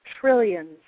trillions